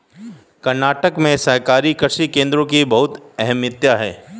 कर्नाटक में सहकारी कृषि केंद्रों की बहुत अहमियत है